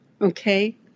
Okay